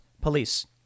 police